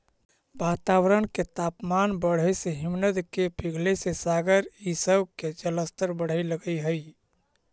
वातावरण के तापमान बढ़े से हिमनद के पिघले से सागर इ सब के जलस्तर बढ़े लगऽ हई